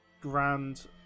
grand